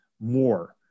more